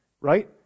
right